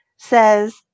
Says